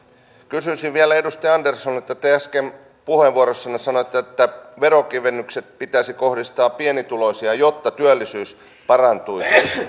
kysyisin vielä edustaja anderssonilta te äsken puheenvuorossanne sanoitte että veronkevennykset pitäisi kohdistaa pienituloisille jotta työllisyys parantuisi